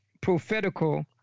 prophetical